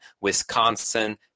Wisconsin